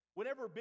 Whenever